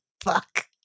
fuck